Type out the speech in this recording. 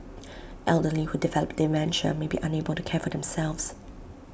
elderly who develop dementia may be unable to care for themselves